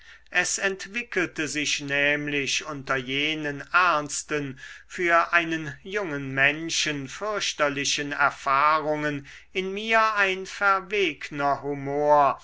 es entwickelte sich nämlich unter jenen ernsten für einen jungen menschen fürchterlichen erfahrungen in mir ein verwegner humor